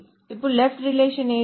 ఇప్పుడు left relation ఏది